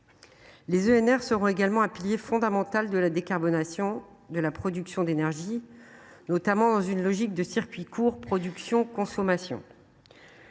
(EnR) seront également un pilier fondamental de la décarbonation de la production d’énergie, notamment dans une logique de circuit court production consommation.